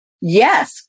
Yes